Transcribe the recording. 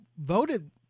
voted